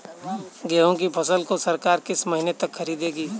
गेहूँ की फसल को सरकार किस महीने तक खरीदेगी?